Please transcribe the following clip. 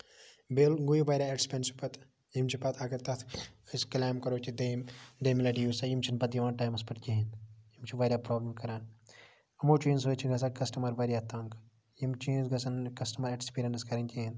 بیٚیہِ گوٚو یہِ واریاہ اٮ۪کٔسپیسیو پَتہٕ یِم چھِ پَتہٕ اَگر تَتھ پَتہٕ أسۍ کِلیم کَرو کہِ دوٚیِم دوٚیمہِ لَٹہِ ہسا یِم چھِنہٕ پَتہٕ یِوان ٹایمَس پٮ۪ٹھ پَتہٕ کِہیٖنۍ نہٕ یِم چھِ واریاہ پروبلِم کران یِمو چیٖزَو سۭتۍ چھُ گژھان کَسٹمَر واریاہ تَنگ یِم چیٖز گژھن نہٕ کَسٹَمَر اٮ۪کٔسپِرینٔس کَرٕنۍ کیٚنہہ